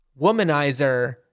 womanizer